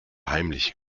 heimlich